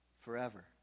forever